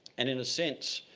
and in a sense,